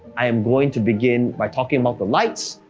i am going to begin by talking about the lights,